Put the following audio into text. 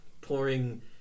pouring